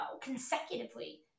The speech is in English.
consecutively